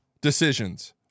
decisions